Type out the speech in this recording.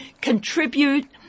contribute